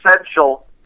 essential